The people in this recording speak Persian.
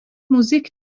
موزیک